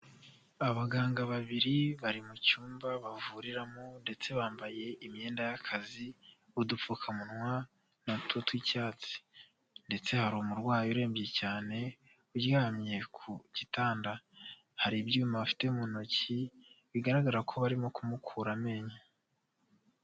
Abaganga babiri bari mu cyumba bavuriramo ndetse bambaye imyenda y'akazi, udupfukamunwa na two tw'icyatsi ndetse hari umurwayi urembye cyane, uryamye ku gitanda. Hari ibyuma bafite mu ntoki ,bigaragara ko barimo kumukura amenyo.